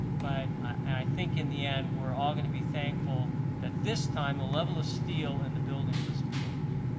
but and i think in the end, we're all going to be thankful that this time, the level of steel in the building was appropriate.